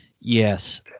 Yes